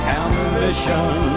ambition